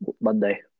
Monday